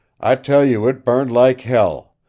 i tell you it burned like hell,